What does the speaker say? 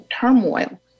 turmoil